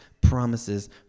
promises